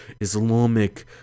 Islamic